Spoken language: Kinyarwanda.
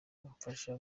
umfasha